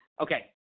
Okay